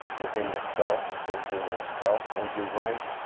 within yourself, censoring yourself as you write?